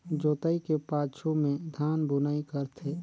जोतई के पाछू में धान बुनई करथे